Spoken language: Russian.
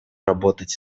работать